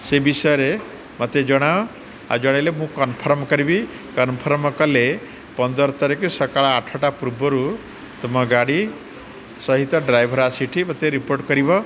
ସେ ବିଷୟରେ ମତେ ଜଣାଅ ଆଉ ଜଣେଇଲେ ମୁଁ କନଫର୍ମ୍ କରିବି କନଫର୍ମ କଲେ ପନ୍ଦର ତାରିଖ ସକାଳ ଆଠଟା ପୂର୍ବରୁ ତମ ଗାଡ଼ି ସହିତ ଡ୍ରାଇଭର୍ ଆସି ଏଇଠି ମତେ ରିପୋର୍ଟ କରିବ